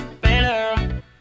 better